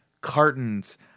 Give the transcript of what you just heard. cartons